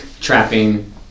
trapping